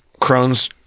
Crohn's